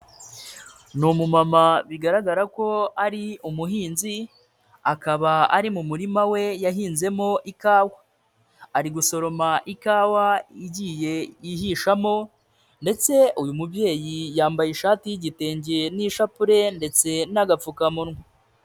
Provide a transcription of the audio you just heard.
Ni umumama bigaragara ko ari umuhinzi, akaba ari mu murima we yahinzemo ikawa, ari gusoroma ikawa igiye ihishamo ndetse uyu mubyeyi yambaye ishati y'igitenge n'ishapule ndetse n'agapfukamunwa.